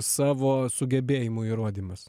savo sugebėjimų įrodymas